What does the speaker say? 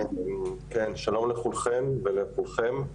שלום לכולן ולכולכם.